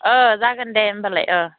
ओ जागोन दे होमब्लालाय ओ